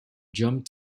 jump